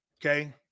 okay